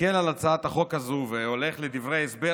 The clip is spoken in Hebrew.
מסתכל על הצעת החוק הזו והולך לדברי ההסבר,